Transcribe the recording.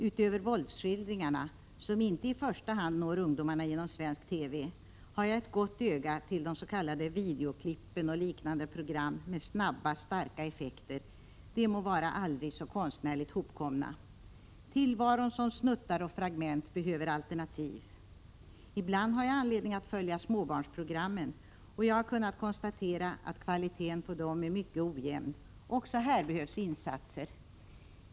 Utöver våldsskildringarna, som inte i första hand når ungdomarna genom svensk TV, har jag ett gott öga till de s.k. videoklippen och liknande program med snabba, starka effekter, de må vara aldrig så konstnärligt hopkomna. Tillvaron som snuttar och fragment behöver alternativ. Ibland har jag anledning att följa småbarnsprogrammen, och jag har kunnat konstatera att kvaliteten på dem är mycket ojämn. Också här behövs insatser.